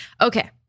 Okay